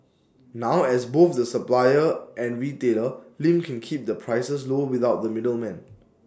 now as both the supplier and retailer Lim can keep the prices low without the middleman